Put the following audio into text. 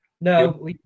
No